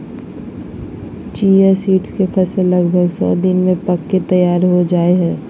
chia seeds के फसल लगभग सो दिन में पक के तैयार हो जाय हइ